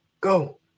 go